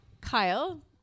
Kyle